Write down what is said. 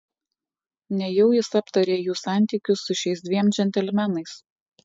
nejau jis aptarė jų santykius su šiais dviem džentelmenais